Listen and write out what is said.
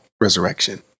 resurrection